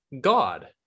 god